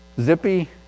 Zippy